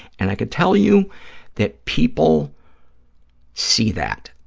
and i can tell you that people see that.